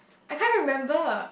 I can't remember